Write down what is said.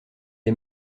est